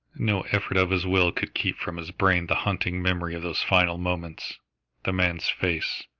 no effort of his will could keep from his brain the haunting memory of those final moments the man's face,